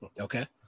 Okay